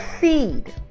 seed